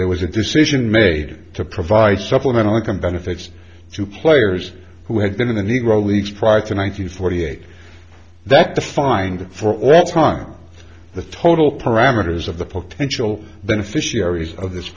there was a decision made to provide supplemental income benefits to players who had been in the negro leagues prior to nine hundred forty eight that the find for all time the total parameters of the potential beneficiaries of this